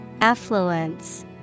Affluence